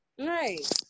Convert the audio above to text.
right